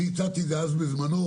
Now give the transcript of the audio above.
הצעתי את זה בזמנו,